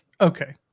okay